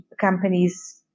companies